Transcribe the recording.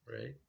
Right